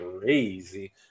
crazy